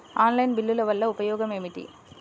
Online బిల్లుల వల్ల ఉపయోగమేమిటీ?